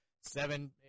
seven